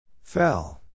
Fell